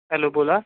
hello बोला